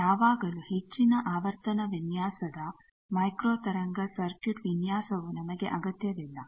ಆದರೆ ಯಾವಾಗಲೂ ಹೆಚ್ಚಿನ ಆವರ್ತನ ವಿನ್ಯಾಸದ ಮೈಕ್ರೋ ತರಂಗ ಸರ್ಕ್ಯೂಟ್ ವಿನ್ಯಾಸವೂ ನಮಗೆ ಅಗತ್ಯವಿಲ್ಲ